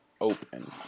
open